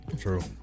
True